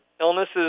illnesses